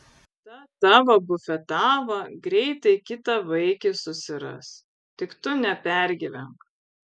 ta tavo bufetava greitai kitą vaikį susiras tik tu nepergyvenk